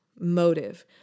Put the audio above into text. Motive